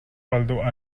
although